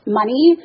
money